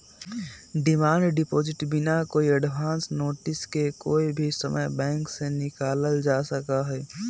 demand deposit बिना कोई advance notice के कोई भी समय बैंक से निकाल्ल जा सका हई